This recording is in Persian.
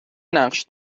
نقش